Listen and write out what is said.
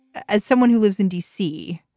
as someone who lives in dc.